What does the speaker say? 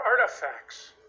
artifacts